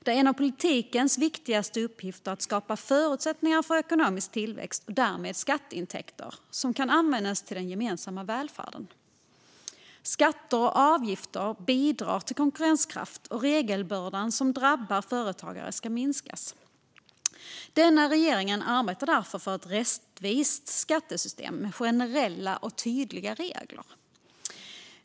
Det är en av politikens viktigaste uppgifter att skapa förutsättningar för ekonomisk tillväxt och därmed skatteintäkter som kan användas till den gemensamma välfärden. Skatter och avgifter bidrar till konkurrenskraft, och regelbördan som drabbar företagare ska minskas. Denna regering arbetar därför för ett rättvist skattesystem med generella och tydliga regler.